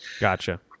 Gotcha